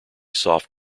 soft